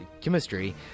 chemistry